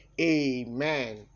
Amen